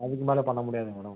அதுக்கு மேல் பண்ண முடியாதுங்க மேடம்